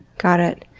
got it.